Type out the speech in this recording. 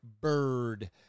bird